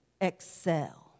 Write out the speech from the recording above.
excel